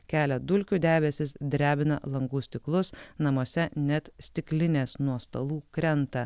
kelia dulkių debesis drebina langų stiklus namuose net stiklinės nuo stalų krenta